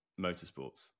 motorsports